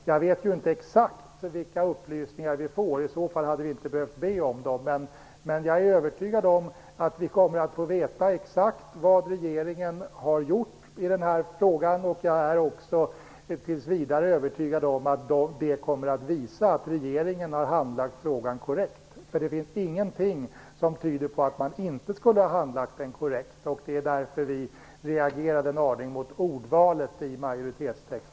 Jag vet inte exakt vilka upplysningar vi får. I så fall hade vi inte behövt be om dem. Men jag är övertygad om att vi kommer att få veta exakt vad regeringen har gjort i den frågan. Jag är också tills vidare övertygad om att det kommer att visa att regeringen har handlagt frågan korrekt. Det finns ingenting som tyder på att man inte skulle ha handlagt den korrekt. Det är därför som vi reagerade en aning mot ordvalet i majoritetstexten.